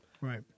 Right